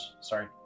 Sorry